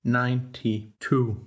ninety-two